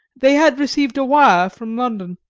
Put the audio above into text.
they had received a wire from london,